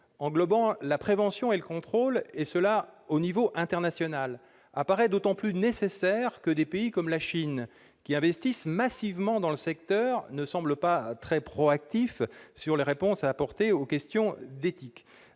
englobe la prévention et le contrôle, apparaît d'autant plus nécessaire que des pays comme la Chine, qui investissent massivement dans le secteur, ne semblent pas très proactifs sur la réponse à apporter aux questions d'éthique.